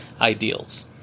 ideals